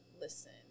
listen